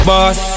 Boss